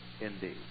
Indeed